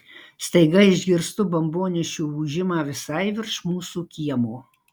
staiga išgirstu bombonešių ūžimą visai virš mūsų kiemo